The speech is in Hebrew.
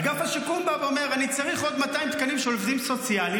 אגף השיקום בא ואומר: אני צריך עוד 200 תקנים של עובדים סוציאליים,